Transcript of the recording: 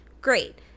great